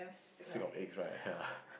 sick of egg right ya